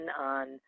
on